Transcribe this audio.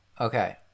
Okay